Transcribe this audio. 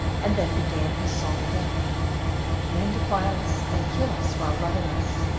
and then began his song again men defile us and kill us while loving us,